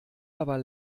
aber